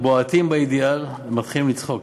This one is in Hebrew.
והם בועטים באידיאל ומתחילים לצחוק.